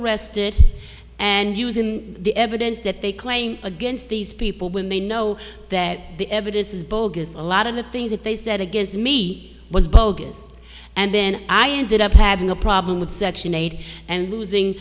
arrested and using the evidence that they claim against these people when they know that the evidence is bogus a lot of the things that they said against me he was bogus and then i ended up having a problem with section eight and losing